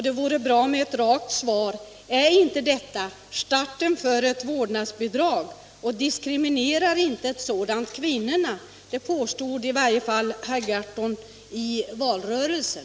Det vore bra med ett rakt svar på frågan: Är inte detta förslag starten för ett vårdnadsbidrag, och diskriminerar inte ett sådant kvinnorna? Det påstod herr Gahrton i varje fall i valrörelsen.